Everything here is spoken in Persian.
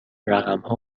رقمها